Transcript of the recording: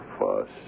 fuss